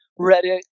Reddit